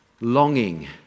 longing